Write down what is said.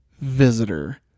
visitor